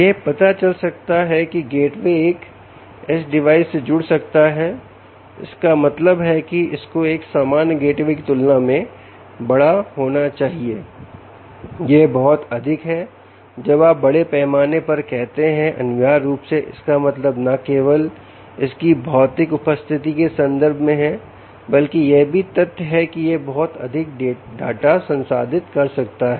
यह पता चल सकता है कि गेटवे एक एज डिवाइस से जुड़ सकता है इसका मतलब है कि इसको एक सामान्य गेटवे की तुलना में बड़ा होना चाहिए यह बहुत अधिक है जब आप बड़े पैमाने पर कहते हैं अनिवार्य रूप से इसका मतलब ना केवल इसकी भौतिक उपस्थिति के संदर्भ में है बल्कि यह भी तथ्य है कि यह बहुत अधिक डाटा संसाधित कर सकता है